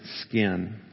skin